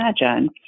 imagine